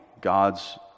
God's